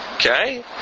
Okay